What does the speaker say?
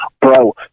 bro